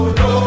no